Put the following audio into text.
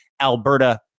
Alberta